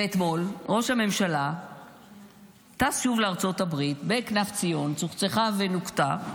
ואתמול ראש הממשלה טס שוב לארצות הברית בכנף ציון שצוחצח ונוקה,